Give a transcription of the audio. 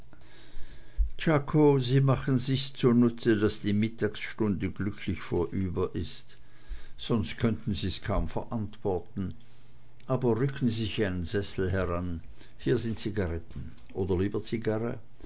czako sie machen sich's zunutze daß die mittagsstunde glücklich vorüber ist sonst könnten sie's kaum verantworten aber rücken sie sich einen sessel ran und hier sind zigaretten oder lieber zigarre